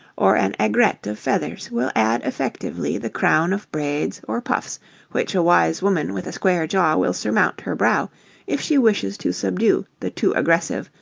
or an aigrette of feathers, will add effectively the crown of braids or puffs which a wise woman with a square jaw will surmount her brow if she wishes to subdue the too aggressive,